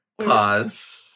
Pause